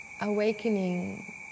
awakening